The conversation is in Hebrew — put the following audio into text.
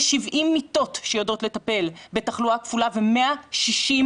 יש 70 מיטות שיודעות לטפל בתחלואה כפולה ו-160,000